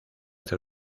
del